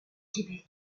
québec